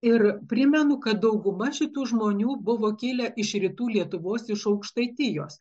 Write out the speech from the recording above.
ir primenu kad dauguma šitų žmonių buvo kilę iš rytų lietuvos iš aukštaitijos